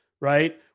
right